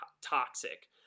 toxic